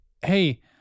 hey